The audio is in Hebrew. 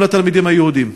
גם לתלמידים היהודים.